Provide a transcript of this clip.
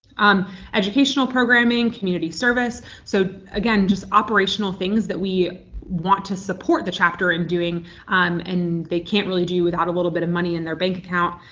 um educational programming, community service. so again, just operational things that we want to support the chapter in doing um and they can't really do without a little bit of money in their bank account.